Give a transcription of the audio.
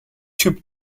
typ